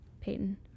Peyton